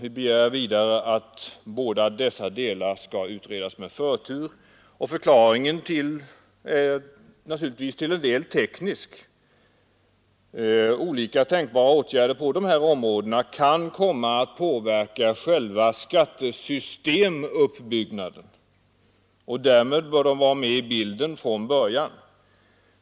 Vi begär vidare att båda dessa delar skall utredas med förtur. Förklaringen är naturligtvis till en del teknisk. Olika tänkbara åtgärder på dessa områden kan komma att påverka själva skattesystemuppbyggnaden, och därmed bör de vara med i bilden från början.